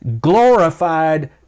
glorified